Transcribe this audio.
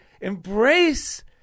embrace